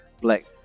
black